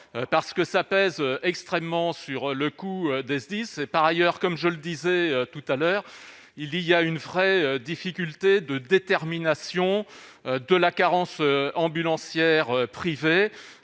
parce que ça pèse extrêmement sur le coût des SDIS, par ailleurs, comme je le disais tout à l'heure, il y a une vraie difficulté de détermination de la carence ambulancière privé